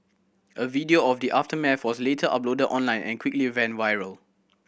a video of the aftermath was later uploaded online and quickly went viral